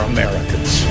Americans